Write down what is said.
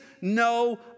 no